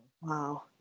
Wow